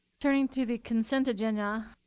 turning to the consent agenda,